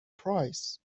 price